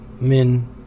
men